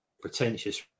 pretentious